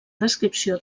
descripció